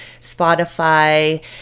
spotify